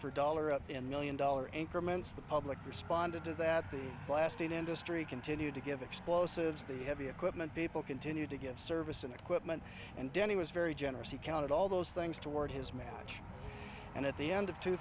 for dollar up in million dollar increments the public responded to that the blasting industry continued to give explosives the heavy equipment people continue to give service and equipment and danny was very generous he counted all those things toward his match and at the end of two